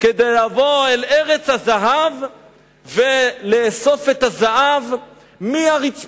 כדי לבוא אל ארץ הזהב ולאסוף את הזהב מהרצפה?